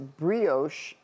brioche